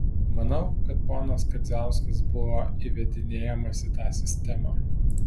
manau kad ponas kadziauskas buvo įvedinėjamas į tą sistemą